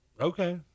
Okay